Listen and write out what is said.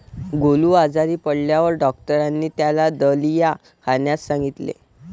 गोलू आजारी पडल्यावर डॉक्टरांनी त्याला दलिया खाण्यास सांगितले